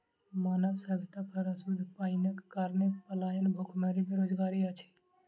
मानव सभ्यता पर अशुद्ध पाइनक कारणेँ पलायन, भुखमरी, बेरोजगारी अछि